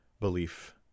belief